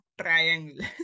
triangle